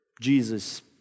Jesus